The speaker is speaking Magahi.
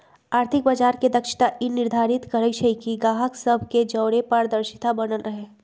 आर्थिक बजार के दक्षता ई निर्धारित करइ छइ कि गाहक सभ के जओरे पारदर्शिता बनल रहे